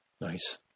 Nice